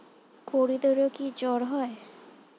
গরুদেরও কি জ্বর হয়?